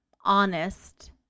honest